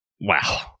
Wow